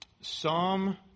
Psalm